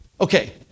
Okay